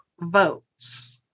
votes